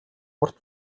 урт